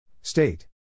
State